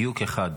דיוק אחד.